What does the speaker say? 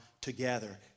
together